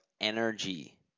energy